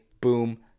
boom